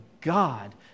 God